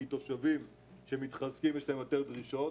כי לתושבים שמתחזקים יש יותר דרישות.